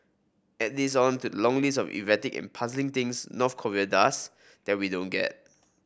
add this on to long list of erratic and puzzling things North Korea does that we don't get